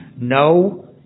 No